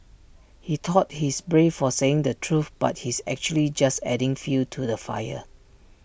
he thought he's brave for saying the truth but he's actually just adding fuel to the fire